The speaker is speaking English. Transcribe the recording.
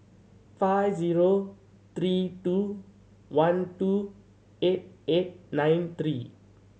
five zero three two one two eight eight nine three